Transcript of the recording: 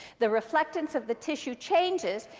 the reflectance of the tissue changes.